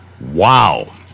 wow